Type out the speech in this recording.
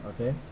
Okay